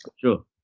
Sure